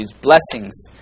blessings